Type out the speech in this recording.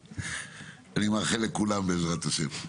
אני מאחל לכולם בעזרת ה'.